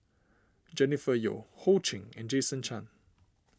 Jennifer Yeo Ho Ching and Jason Chan